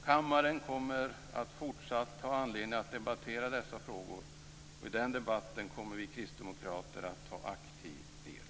Kammaren kommer fortsatt att ha anledning att debattera dessa frågor, och i den debatten kommer vi kristdemokrater att ta aktiv del.